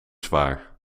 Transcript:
zwaar